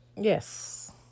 Yes